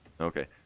Okay